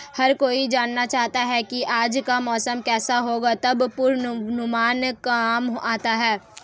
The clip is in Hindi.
हर कोई जानना चाहता है की आज का मौसम केसा होगा तब पूर्वानुमान काम आता है